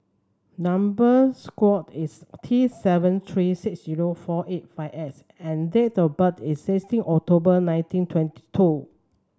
number square is T seven three six zero four eight five S and date of birth is sixteen October nineteen twenty two